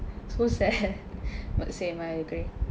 so sad but the same I agree